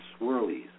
swirlies